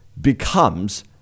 becomes